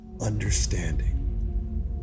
understanding